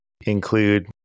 include